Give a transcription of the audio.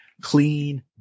clean